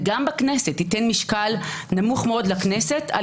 וגם בכנסת תיתן משקל נמוך מאוד לכנסת על